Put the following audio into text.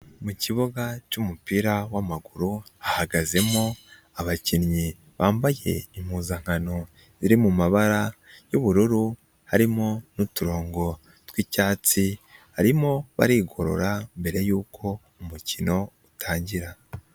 Mu kibuga cy'umupira w'amaguru hahagazemo abakinnyi bambaye impuzankano iri mu mabara y'ubururu, harimo n'uturongo twicyatsi, barimo barigorora mbere yuko umukino utangira.